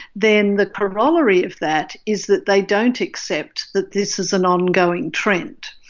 then the corollary of that is that they don't accept that this is an ongoing trend.